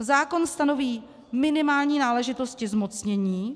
Zákon stanoví minimální náležitosti zmocnění.